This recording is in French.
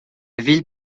ville